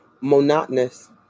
monotonous